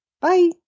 Bye